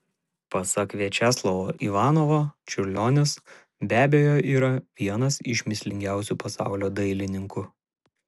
pasak viačeslavo ivanovo čiurlionis be abejo yra vienas iš mįslingiausių pasaulio dailininkų